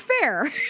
fair